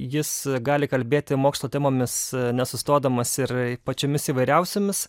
jis gali kalbėti mokslo temomis nesustodamas ir pačiomis įvairiausiomis